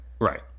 right